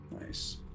Nice